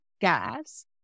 gas